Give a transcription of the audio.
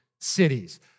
cities